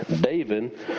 David